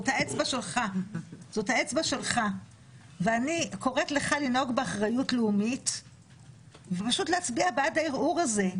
אני קוראת לך לנהוג באחריות לאומית ופשוט להצביע בעד הערעור הזה,